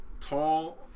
tall